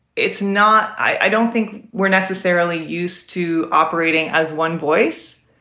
it's not i don't think we're necessarily used to operating as one voice.